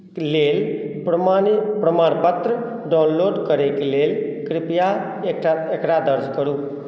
के लेल प्रमाणित प्रमाणपत्र डाउनलोड करैक लेल कृपया एकटा एकरा दर्ज करू